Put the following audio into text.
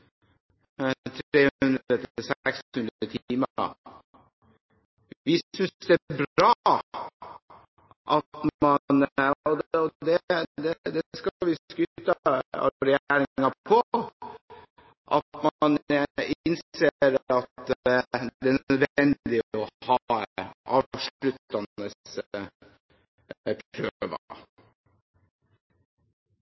timer. Vi synes det er bra – og der skal vi skryte av regjeringen – at man innser at det er nødvendig å ha